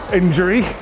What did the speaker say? injury